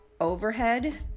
overhead